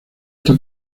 está